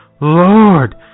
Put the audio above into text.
Lord